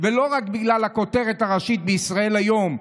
לא רק בגלל הכותרת הראשית בישראל היום,